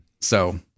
So-